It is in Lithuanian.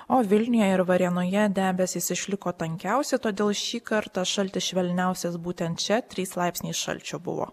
o vilniuje ir varėnoje debesys išliko tankiausi todėl šį kartą šaltis švelniausias būtent čia trys laipsniai šalčio buvo